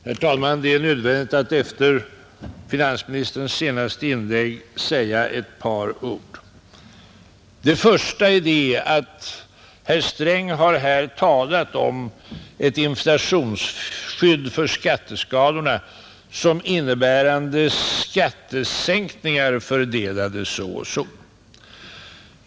Herr talman! Det är nödvändigt att efter finansministerns senaste inlägg säga ett par ord. För det första har herr Sträng här talat om att ett inflationsskydd för skatteskalorna skulle innebära skattesänkningar, fördelade så och så.